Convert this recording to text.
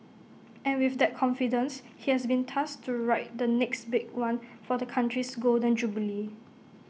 and with that confidence he has been tasked to write the next big one for the Country's Golden Jubilee